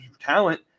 talent